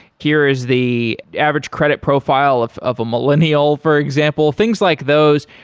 here is the average credit profile of of a millennial, for example, things like those.